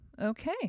Okay